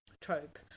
trope